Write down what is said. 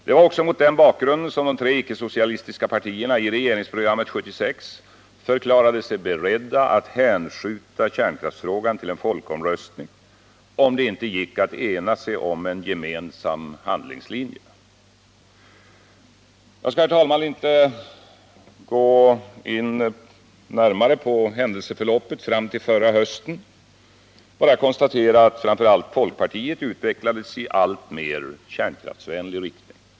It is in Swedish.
Det var också mot den bakgrunden som de tre icke-socialistiska partierna i regeringsprogrammet 1976 förklarade sig beredda att hänskjuta kärnkraftsfrågan till folkomröstning, om det inte gick att ena sig om en gemensam handlingslinje. Jag skall, herr talman, inte gå närmare in på händelseförloppet fram till förra hösten utan bara konstatera, att framför allt folkpartiet utvecklades i alltmer kärnkraftsvänlig riktning.